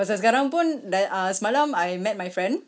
pasal sekarang pun dah ah semalam I met my friend